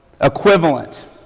Equivalent